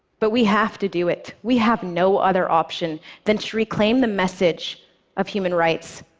but we have to do it. we have no other option than to reclaim the message of human rights,